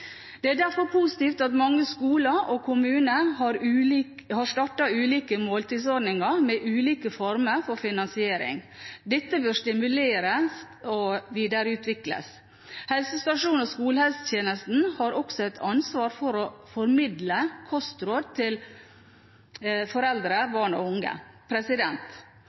Det er derfor positivt at mange skoler og kommuner har startet ulike måltidsordninger, med ulike former for finansiering. Dette bør stimuleres og videreutvikles. Helsestasjons- og skolehelsetjenesten har også et ansvar for å formidle kostråd til foreldre, barn og unge.